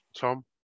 Tom